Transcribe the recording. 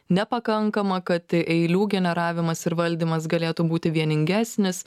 nepakankama kad eilių generavimas ir valdymas galėtų būti vieningesnis